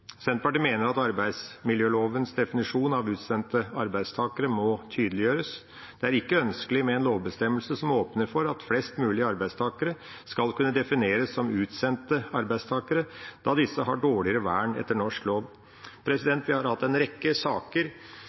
Senterpartiet mener at arbeidsmiljølovens definisjon av «utsendte arbeidstakere» må tydeliggjøres. Det er ikke ønskelig med en lovbestemmelse som åpner for at flest mulig arbeidstakere skal kunne defineres som «utsendte arbeidstakere», da disse har dårligere vern etter norsk lov. Vi har hatt en rekke saker